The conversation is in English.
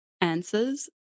answers